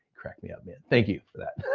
crack me up, man, thank you for that.